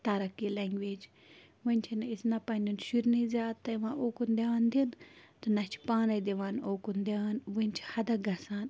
ترک یہِ لنگویج وچھِنہٕ أسۍ پنٛنٮ۪ن شُرنِے زیادٕ دِوان اُکُن دیان دِنہٕ تہٕ نہَ چھِ پانے دِوان اُکُن دیان وٕنہِ چھِ حَدکھ گَژھان